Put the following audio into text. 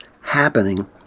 happening